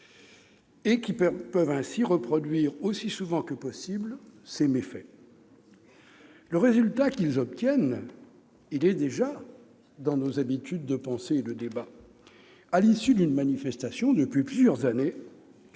; ils peuvent ainsi reproduire aussi souvent que possible ces méfaits. Le résultat qu'ils obtiennent fait déjà partie de nos habitudes de pensée et de débat. À l'issue d'une manifestation, le débat